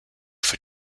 for